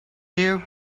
you